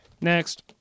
Next